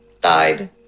died